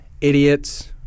idiots